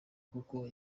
kuko